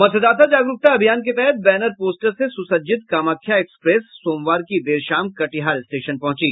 मतदाता जागरूकता अभियान के तहत बैनर पोस्टर से सुसज्जित कामाख्या एक्सप्रेस सोमवार की देर शाम कटिहार स्टेशन पहुंची